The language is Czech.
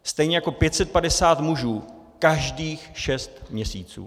Stejně jako 550 mužů každých šest měsíců.